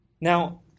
Now